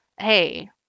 hey